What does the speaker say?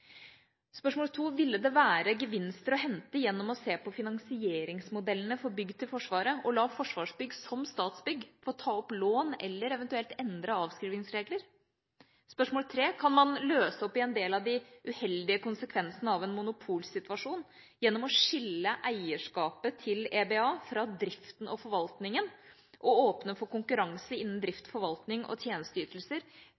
Ville det være gevinster å hente gjennom å se på finansieringsmodellene for bygg til Forsvaret og la Forsvarsbygg som Statsbygg få ta opp lån eller eventuelt endre avskrivningsregler? Kan man løse opp i en del av de uheldige konsekvensene av en monopolsituasjon gjennom å skille eierskapet til EBA fra driften og forvaltningen og åpne for konkurranse